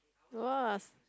!wow!